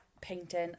painting